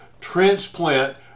transplant